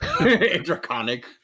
Draconic